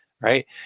right